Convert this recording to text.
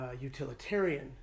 utilitarian